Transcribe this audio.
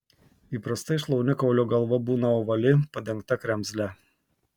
įprastai šlaunikaulio galva būna ovali padengta kremzle